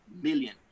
million